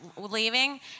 leaving